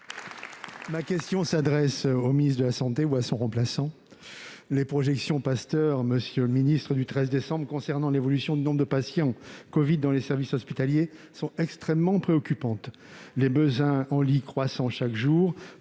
M. le ministre des solidarités et de la santé -ou à son remplaçant. Les projections Pasteur du 13 décembre concernant l'évolution du nombre de patients covid dans les services hospitaliers sont extrêmement préoccupantes. Les besoins en lit croissent chaque jour.